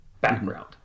background